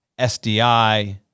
SDI